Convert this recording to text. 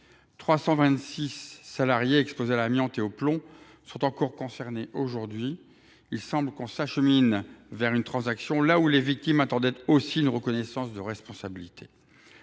salariés exposés à l’amiante et au plomb sont encore concernés. Nous nous acheminons vers une transaction là où les victimes attendaient une reconnaissance de responsabilité.